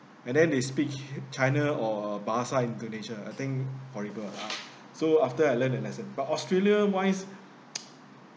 and then they speak ch~china or bahasa indonesian I think horrible lah so after I learnt a lesson but australia wise